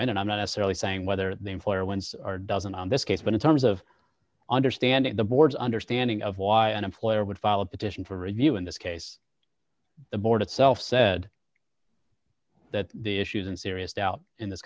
win and i'm not necessarily saying whether the employer wins or doesn't on this case but in terms of understanding the board's understanding of why an employer would fall a petition for review in this case the board itself said that the issues in serious doubt in this